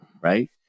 right